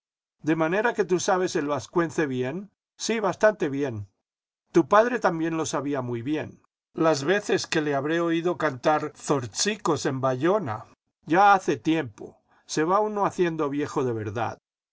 de manera que tú sabes el vascuence bien sí bastante bien tu padre también lo sabía muy bien jlas veces que le habré oído cantar zortzicos en bayona jya hace tiempo se va uno haciendo viejo de verdad